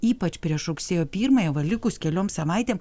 ypač prieš rugsėjo pirmąją va likus keliom savaitėm